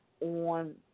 on